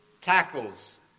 tackles